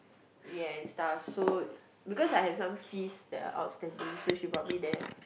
ya and stuff and so because I have some fees that are outstanding so she brought me there